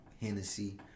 Hennessy